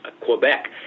Quebec